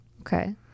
okay